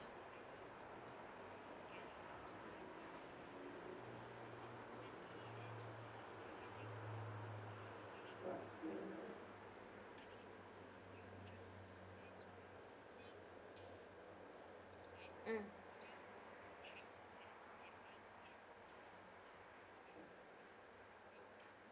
mm